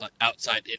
outside